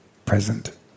present